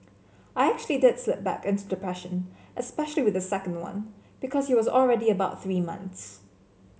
I actually did slip back into depression especially with the second one because he was already about three months